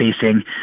facing